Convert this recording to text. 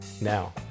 now